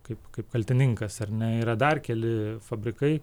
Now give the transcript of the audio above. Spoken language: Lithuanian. kaip kaip kaltininkas ar ne yra dar keli fabrikai